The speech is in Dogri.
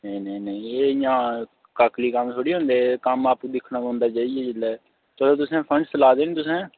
नेईं नेईं नेई एह् इ'यां काकली कम्म थोह्ड़ी होंदे कम्म आपूं दिक्खना पौंदा जाइयै जिसलै चलो तुसें फंड्स लाए देन तुसें